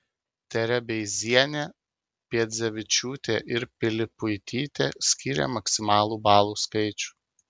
terebeizienė piedzevičiūtė ir pilipuitytė skyrė maksimalų balų skaičių